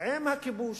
עם הכיבוש,